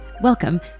welcome